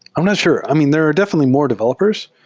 i'm not sure. i mean, there are definitely more developers.